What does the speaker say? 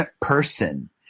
person